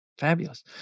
Fabulous